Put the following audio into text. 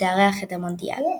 שתארח את המונדיאל.